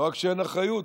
לא רק שאין אחריות,